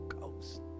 ghost